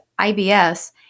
IBS